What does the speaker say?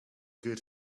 good